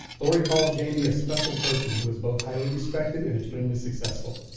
laurie calls jamie a special person who was both highly respected and extremely successful.